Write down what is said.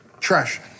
trash